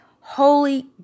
holy